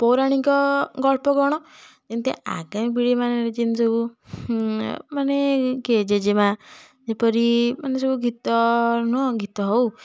ପୌରାଣିକ ଗଳ୍ପ କ'ଣ ଯେମିତି ଆଗାମୀ ପିଢ଼ି ମାନେ ଯେମତି ସବୁ ମାନେ କିଏ ଜେଜେମା ଯେପରି ମାନେ ସବୁ ଗୀତ ନୁହେଁ ଗୀତ ହେଉ